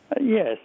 Yes